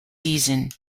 season